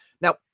Now